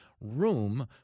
room